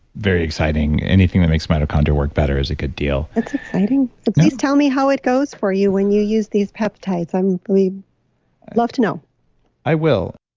very exciting. anything that makes mitochondria work better is a good deal that's exciting. please tell me how it goes for you when you use these peptides. we'd love to know i will.